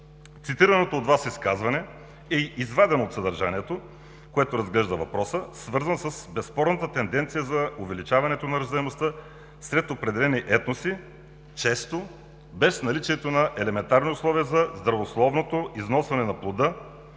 Цитираното от Вас изказване е извадено от съдържанието, което разглежда въпроса, свързан с безспорната тенденция за увеличаване на раждаемостта сред определени етноси, често без наличието на елементарни условия за здравословното износване на плода,